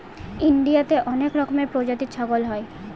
ইন্ডিয়াতে অনেক রকমের প্রজাতির ছাগল হয়